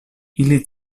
ili